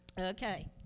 Okay